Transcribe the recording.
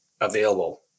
available